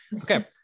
Okay